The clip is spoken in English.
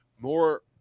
more